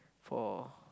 for